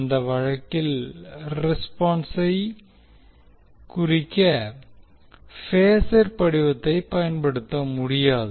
அந்த வழக்கில் ரெஸ்பான்ஸை குறிக்க பேஸர் படிவத்தைப் பயன்படுத்த முடியாது